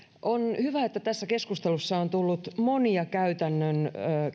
on hyvä että tässä keskustelussa on tullut monia käytännön